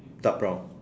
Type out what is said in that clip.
dark brown